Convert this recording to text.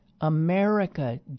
America